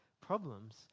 problems